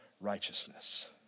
righteousness